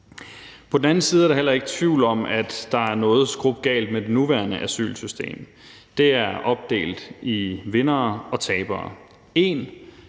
På den anden side er der heller ikke tvivl om, at der er noget skrupgalt med det nuværende asylsystem. Det er opdelt i vindere og tabere: